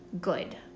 good